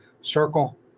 circle